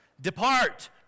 Depart